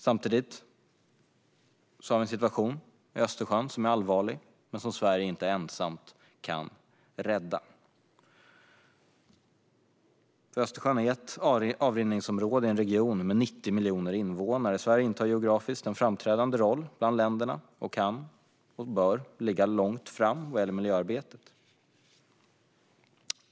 Samtidigt har vi en situation i Östersjön som är allvarlig - men Sverige kan inte ensamt rädda den. Östersjön är ett avrinningsområde i en region med 90 miljoner invånare. Sverige intar geografiskt en framträdande roll bland dessa länder och kan och bör ligga långt framme vad gäller miljöarbetet.